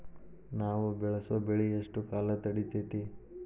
ನಾವು ಬೆಳಸೋ ಬೆಳಿ ಎಷ್ಟು ಕಾಲ ತಡೇತೇತಿ?